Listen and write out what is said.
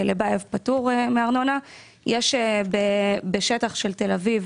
שלבייב פטור מארנונה; בשטח תל אביב,